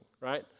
right